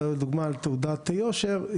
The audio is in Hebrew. דוגמה על תעודת יושר,